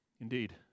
Indeed